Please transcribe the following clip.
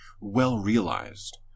well-realized